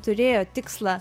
turėjo tikslą